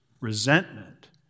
resentment